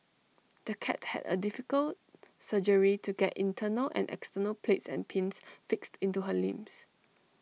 the cat had A difficult surgery to get internal and external plates and pins fixed into her limbs